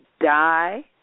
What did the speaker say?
Die